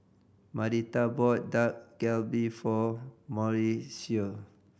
Marita bought Dak Galbi for Mauricio